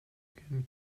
can